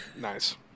Nice